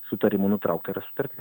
sutarimu nutraukta yra sutartis